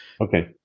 Okay